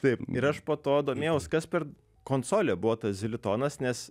taip ir aš po to domėjaus kas per konsolė buvo tas zilitonas nes